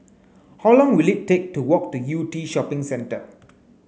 how long will it take to walk to Yew Tee Shopping Centre